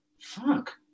Fuck